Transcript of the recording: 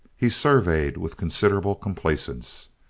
he surveyed with considerable complacence.